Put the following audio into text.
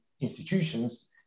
institutions